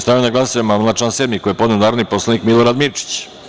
Stavljam na glasanje amandman na član 7. koji je podneo narodni poslanik Milorad Mirčić.